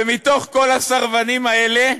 ומתוך כל הסרבנים האלה,